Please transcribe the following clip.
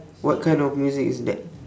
what kind of music is that